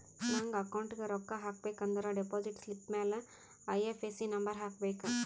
ನಂಗ್ ಅಕೌಂಟ್ಗ್ ರೊಕ್ಕಾ ಹಾಕಬೇಕ ಅಂದುರ್ ಡೆಪೋಸಿಟ್ ಸ್ಲಿಪ್ ಮ್ಯಾಲ ಐ.ಎಫ್.ಎಸ್.ಸಿ ನಂಬರ್ ಹಾಕಬೇಕ